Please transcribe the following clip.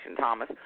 Thomas